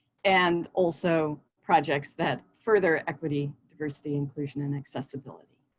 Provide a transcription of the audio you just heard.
and also projects that further equity, diversity, inclusion, and accessibility.